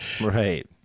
right